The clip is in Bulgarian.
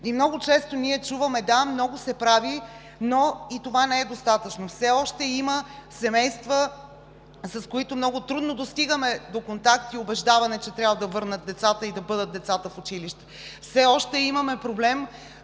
Много често ние чуваме: да, много се прави, но и това не е достатъчно – все още има семейства, с които много трудно достигаме до контакт и убеждаване, че трябва да върнат децата и те да бъдат в училище. Все още имаме проблеми